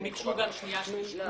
הם ביקשו גם שנייה שלישית.